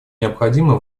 необходимой